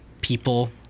people